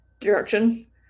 direction